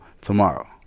tomorrow